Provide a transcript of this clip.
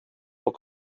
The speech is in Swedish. vad